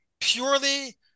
purely